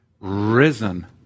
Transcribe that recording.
risen